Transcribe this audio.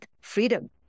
freedom